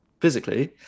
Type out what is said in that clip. physically